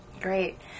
Great